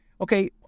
Okay